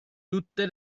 tutte